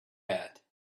had